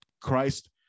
Christ